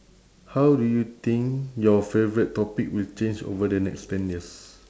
how do you think your favourite topic will change over the next ten years